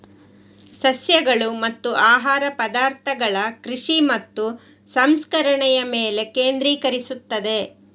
ಸಸ್ಯಗಳು ಮತ್ತು ಆಹಾರ ಪದಾರ್ಥಗಳ ಕೃಷಿ ಮತ್ತು ಸಂಸ್ಕರಣೆಯ ಮೇಲೆ ಕೇಂದ್ರೀಕರಿಸುತ್ತದೆ